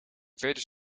veters